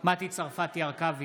מטי צרפתי הרכבי,